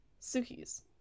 Suki's